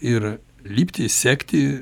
ir lipti sekti